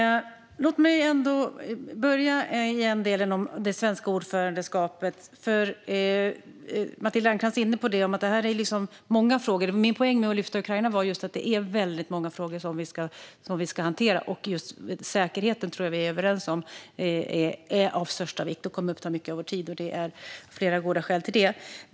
Fru talman! Låt mig börja med delen som rör det svenska ordförandeskapet. Matilda Ernkrans är inne på att det handlar om många frågor. Men min poäng med att lyfta Ukraina var just att det är väldigt många frågor vi ska hantera, och jag tror att vi är överens om att säkerheten är av största vikt. Den kommer att uppta mycket av vår tid, och det finns flera goda skäl till det.